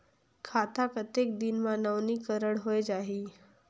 खाता कतेक दिन मे नवीनीकरण होए जाहि??